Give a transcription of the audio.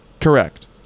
Correct